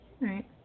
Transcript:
right